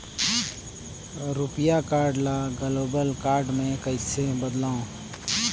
रुपिया कारड ल global card मे कइसे बदलव?